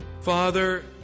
Father